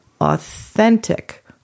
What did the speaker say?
authentic